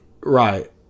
Right